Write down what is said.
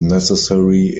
necessary